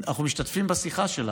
אנחנו משתתפים בשיחה שלך.